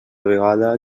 vegada